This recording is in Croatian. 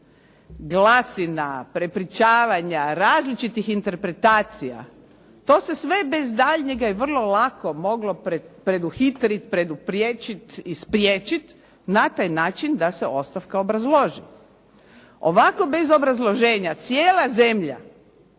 glasina, prepričavanja, različitih interpretacija. To se sve bez daljnjega i vrlo lako moglo preduhitriti, predupriječit i spriječit na taj način da se ostavka obrazloži. Ovako bez obrazloženja cijela zemlja